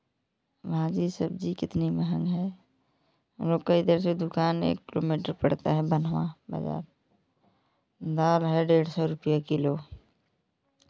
भाजी सब्ज़ी कितनी महँग है अगर कोई इधर जो दुकान एक किलोमीटर पड़ता है बनवाह बगा दाल है डेढ़ सौ रुपिया किलो